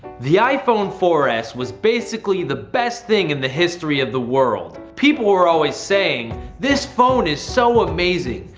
the iphone four s was basically the best thing in the history of the world. people were always saying this phone is so amazing!